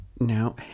Now